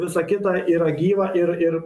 visa kita yra gyva ir ir